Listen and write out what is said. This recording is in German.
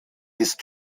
ist